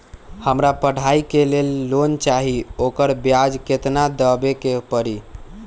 हमरा पढ़ाई के लेल लोन चाहि, ओकर ब्याज केतना दबे के परी?